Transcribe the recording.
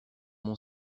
mon